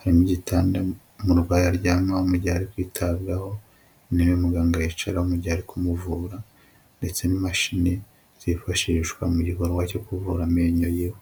harimo igitanda umurwayi aryamaho mu gihe ari kwitabwaho, intebe muganga yicaraho mu gihe ari kumuvura ndetse n'imashini zifashishwa mu gikorwa cyo kuvura amenyo y'iwe.